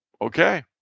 Okay